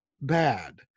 bad